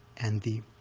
and the